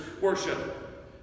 worship